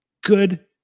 good